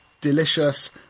delicious